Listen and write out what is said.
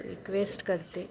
request करते